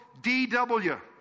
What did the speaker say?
DW